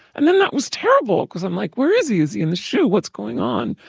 and then that was terrible cause i'm like, where is he? is he in the shu? what's going on?